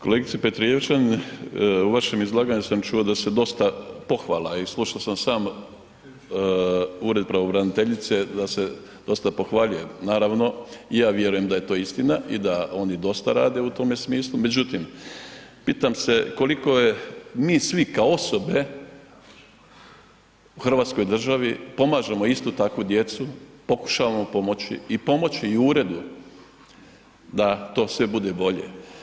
Kolegice Petrijevčanin, u vašem izlaganju sam čuo dosta pohvala i slušao sam sam Ured pravobreniteljice, da se dosta pohvaljuje, naravno i ja vjerujem da je to istina i da oni dosta rade u tome smislu, međutim, pitam se koliko je mi svi kao osobe u Hrvatskoj državi, pomažemo istu takvu djecu, pokušamo pomoći, i pomoći i Uredu da to sve bude bolje.